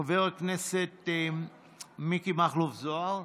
חבר הכנסת מיקי מכלוף זוהר,